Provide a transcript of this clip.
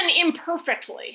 imperfectly